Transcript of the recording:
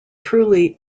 truly